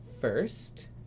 First